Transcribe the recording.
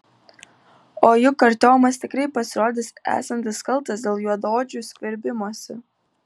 o juk artiomas tikrai pasirodys esantis kaltas dėl juodaodžių skverbimosi